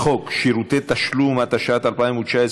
חוק שירותי תשלום, התשע"ט 2019,